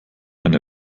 eine